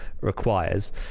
requires